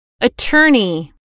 Attorney